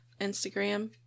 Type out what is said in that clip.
Instagram